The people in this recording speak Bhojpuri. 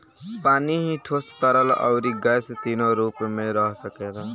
पानी ही ठोस, तरल, अउरी गैस तीनो रूप में रह सकेला